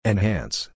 Enhance